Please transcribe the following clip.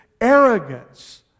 arrogance